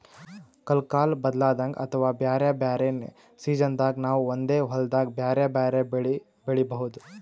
ಕಲ್ಕಾಲ್ ಬದ್ಲಾದಂಗ್ ಅಥವಾ ಬ್ಯಾರೆ ಬ್ಯಾರೆ ಸಿಜನ್ದಾಗ್ ನಾವ್ ಒಂದೇ ಹೊಲ್ದಾಗ್ ಬ್ಯಾರೆ ಬ್ಯಾರೆ ಬೆಳಿ ಬೆಳಿಬಹುದ್